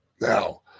Now